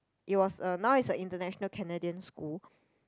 it was a now it's a international Canadian school